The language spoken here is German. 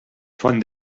von